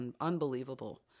unbelievable